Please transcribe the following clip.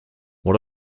what